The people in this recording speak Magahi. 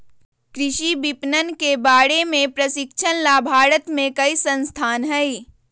कृषि विपणन के बारे में प्रशिक्षण ला भारत में कई संस्थान हई